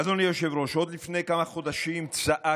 אדוני היושב-ראש, עוד לפני כמה חודשים צעק